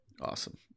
Awesome